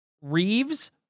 Reeves